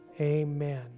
Amen